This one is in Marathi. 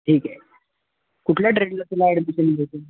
ठीक आहे कुठल्या तुला ॲडमिशन